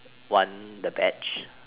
one the batch